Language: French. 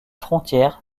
frontière